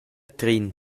trin